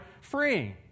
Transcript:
free